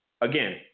again